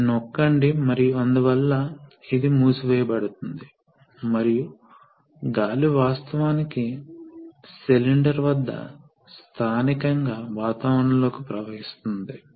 కాబట్టి మనకు ప్రెషర్ పెరిగింది ఎందుకంటే ఫోర్స్ అవసరం పెరిగింది కాబట్టి మనము ప్రవాహం రేటును తగ్గించాలనుకుంటున్నాము కాబట్టి మనకు రిలీఫ్ వాల్వ్ యొక్క ఈ అమరిక మనకు ఉంది